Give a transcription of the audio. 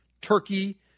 turkey